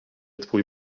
twój